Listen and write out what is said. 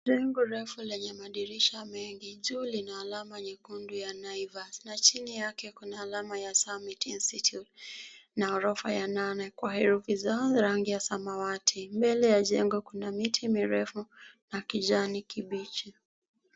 Jengo refu lenye madirisha mengi. Juu lina alama nyekundu ya Naivas na chini yake kuna alama ya Summit Institute na ghorofa ya nane, kwa herufi zao rangi ya samawati. Mbele ya jengo kuna miti mirefu na kijani kibichi.